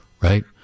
right